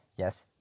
Yes